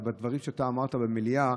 ובדברים שאמרת במליאה,